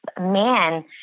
man